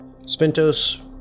Spintos